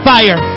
Fire